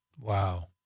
Wow